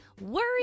Worry